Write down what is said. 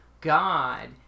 god